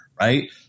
right